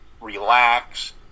relax